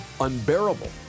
unbearable